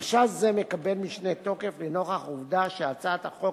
חשש זה מקבל משנה תוקף לנוכח העובדה שהצעת החוק